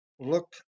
look